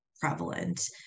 prevalent